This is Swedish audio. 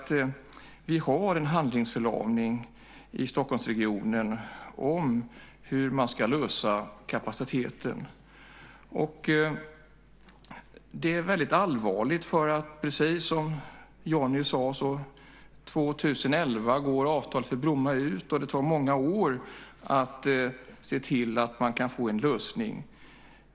Vi har en handlingsförlamning i Stockholmsregionen när det gäller hur man ska lösa kapaciteten. Det är väldigt allvarligt. Precis som Johnny sade går avtalet för Bromma ut år 2011, och det tar många år att se till att få en lösning.